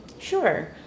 Sure